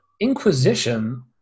Inquisition